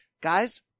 Guys